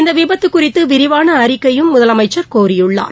இந்த விபத்து குறித்து விரிவான அறிக்கையும் முதலமைச்சர் கோரியுள்ளார்